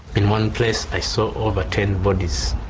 in one place i saw over ten bodies,